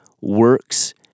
works